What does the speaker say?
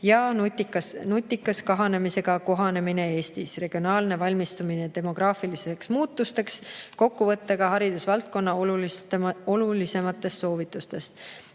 ja "Nutikas kahanemisega kohanemine Eestis: regionaalne valmistumine demograafilisteks muutusteks", kokkuvõttega haridusvaldkonna olulisematest soovitustest.